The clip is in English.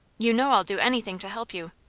you know i'll do anything to help you.